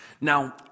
Now